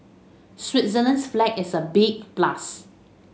Switzerland's flag is a big plus